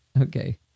Okay